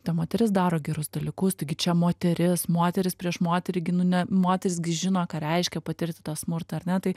ta moteris daro gerus dalykus taigi čia moteris moteris prieš moterį gi nu ne moteris gi žino ką reiškia patirti tą smurtą ar ne tai